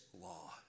law